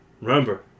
Remember